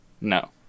No